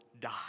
die